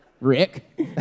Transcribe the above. Rick